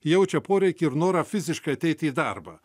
jaučia poreikį ir norą fiziškai ateiti į darbą